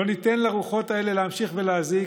לא ניתן לרוחות האלה להמשיך ולהזיק.